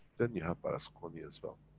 then you have berlusconi as well.